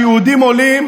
כשיהודים עולים,